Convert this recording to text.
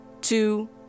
two